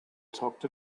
talked